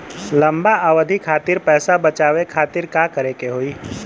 लंबा अवधि खातिर पैसा बचावे खातिर का करे के होयी?